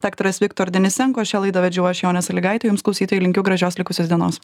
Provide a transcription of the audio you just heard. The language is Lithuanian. daktaras viktor denisenko šią laidą vedžiau aš jonė sąlygaitė jums klausytojai linkiu gražios likusios dienos